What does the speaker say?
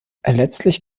letztlich